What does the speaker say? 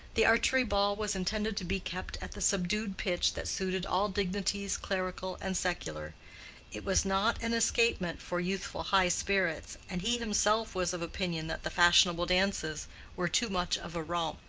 the archery ball was intended to be kept at the subdued pitch that suited all dignities clerical and secular it was not an escapement for youthful high spirits, and he himself was of opinion that the fashionable dances were too much of a romp.